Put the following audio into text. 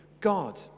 God